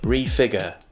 ReFigure